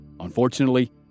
Unfortunately